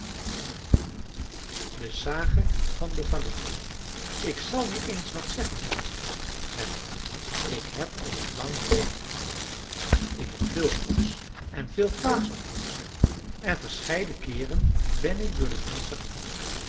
de sage van de falunmijn ik zal je eens wat zeggen duimelot zei bataki ik heb al een lang leven achter mij ik heb veel goeds en veel kwaads ontmoet en verscheiden keeren ben ik door de menschen gevangen